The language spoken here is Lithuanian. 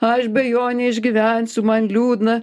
aš be jo neišgyvensiu man liūdna